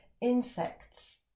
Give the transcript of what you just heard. insects